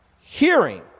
hearing